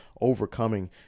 overcoming